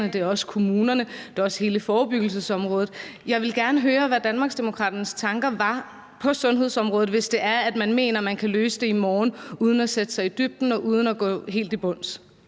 det er også kommunerne; det er også hele forebyggelsesområdet. Jeg vil gerne høre, hvad Danmarksdemokraternes tanker på sundhedsområdet er, hvis det er, at man mener, at man kan løse det i morgen, uden at gå i dybden og uden at komme helt til bunds.